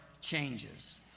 changes